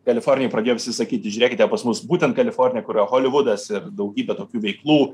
kalifornijai pradėjo visi sakyti žiūrėkite pas mus būtent kalifornijoj kur yra holivudas ir daugybė tokių veiklų